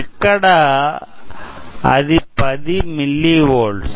ఇక్కడ అది 10 milli volts